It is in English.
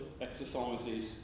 exercises